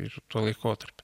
ir tuo laikotarpiu